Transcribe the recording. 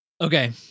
Okay